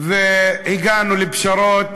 והגענו לפשרות,